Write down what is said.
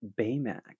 Baymax